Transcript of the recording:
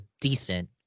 decent